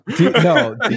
No